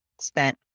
spent